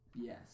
Yes